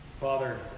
Father